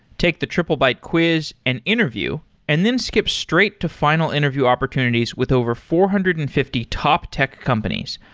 take the triplebyte quiz and interview and then skip straight to final interview opportunities with over four hundred and fifty top tech companies,